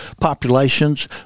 populations